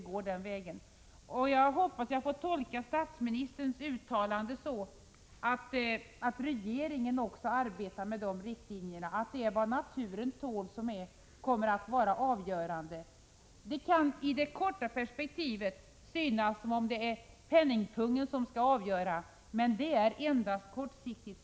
Jag hoppas att jag får tolka statsministerns uttalande så, att regeringen också arbetar med riktlinjerna att det är vad naturen tål som kommer att vara avgörande. Det kan i det korta perspektivet synas som om det är penningpungen som avgör, men det är just kortsiktigt.